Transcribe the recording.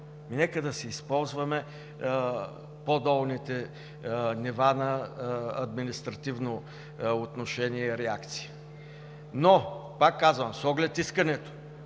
нека да си използваме по-долните нива на административно отношение и реакция. Но, пак казвам, с оглед искането